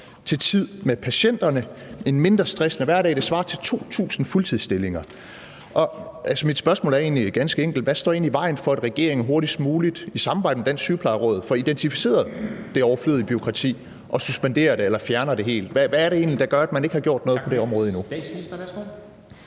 til tid med patienterne og betyde en mindre stressende hverdag. Det svarer til 2.000 fuldtidsstillinger. Mit spørgsmål er egentlig ganske enkelt: Hvad står egentlig i vejen for, at regeringen hurtigst muligt i samarbejde med Dansk Sygeplejeråd får identificeret det overflødige bureaukrati og suspenderer eller fjerner det helt? Hvad er det egentlig, der gør, at man ikke har gjort noget på det område endnu?